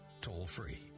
toll-free